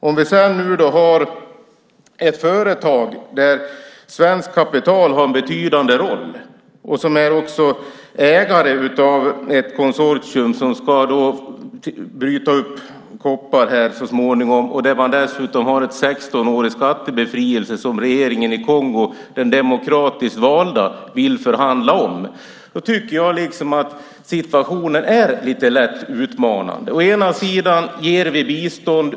Om vi sedan har ett företag där svenskt kapital har en betydande roll, som är ägare av ett konsortium som ska bryta upp koppar så småningom och som dessutom har en 16-årig skattebefrielse som den demokratiskt valda regeringen i Kongo vill förhandla om, då tycker jag att situationen är lite lätt utmanande. Å ena sidan ger vi bistånd.